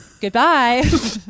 goodbye